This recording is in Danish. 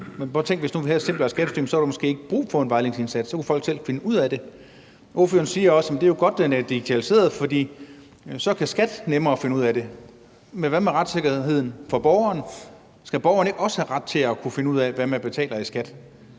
hvis vi nu havde et simplere skattesystem, så måske ikke var brug for en vejledningsindsats. Så kunne folk selv finde ud af det. Ordføreren siger jo også, at det er godt, at den er digitaliseret, fordi skattevæsenet så nemmere kan finde ud af det. Men hvad med retssikkerheden for borgeren? Skal borgeren ikke også have ret til at kunne finde ud af, hvad man betaler i skat?